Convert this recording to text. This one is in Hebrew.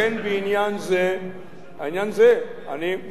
עניין זה, אני מציע לשמור על כך.